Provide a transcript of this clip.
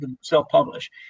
self-publish